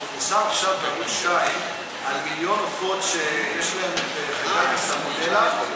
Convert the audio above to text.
ופורסם עכשיו בערוץ 2 שיש מיליון עופות שיש בהם חיידק הסלמונלה,